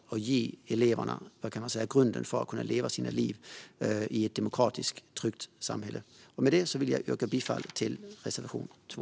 Vi måste ge eleverna grunden för att kunna leva sina liv i ett demokratiskt och tryggt samhälle. Med det vill jag yrka bifall till reservation 2.